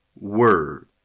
Word